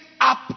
up